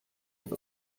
have